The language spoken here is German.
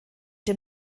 dem